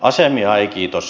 asemia ei kiitos